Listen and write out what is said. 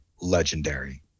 legendary